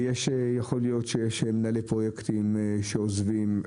יכול להיות שיש מנהלי פרויקטים שעוזבים,